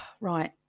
right